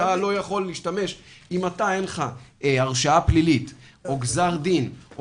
אם לך אין הרשעה פלילית או גזר דין,